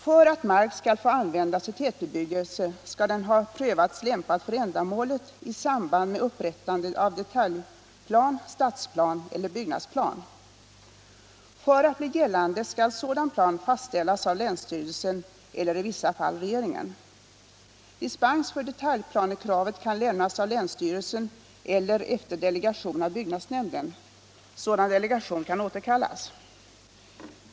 För att mark skall få användas till tätbebyggelse skall den ha prövats lämpad för ändamålet i samband med upprättande av detaljplan, stadsplan eller byggnadsplan. För att bli gällande skall sådan plan fastställas av länsstyrelsen eller i vissa fall regeringen. Dispens från detaljplanekravet kan lämnas av länsstyrelsen eller, efter delegation, av byggnadsnämnden. Sådan delegation kan återkallas.